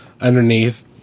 underneath